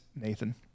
nathan